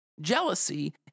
Jealousy